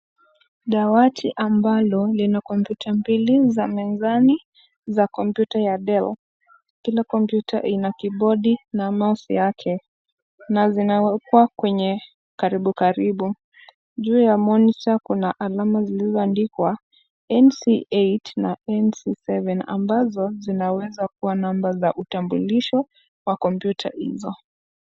Dawati ambalo lina kompyuta mbili za mezani za kompyuta ya Dell. Kila kompyuta ina kibodi na mouse yake na zinawekwa kwenye karibu karibu. Juu ya monitor kuna alama zilizoandikwa NCH na NC7 ambazo zinaweza kuwa namba za utambulisho wa kompyuta hizo.